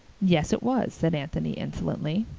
yes, it was, said anthony insolently.